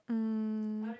um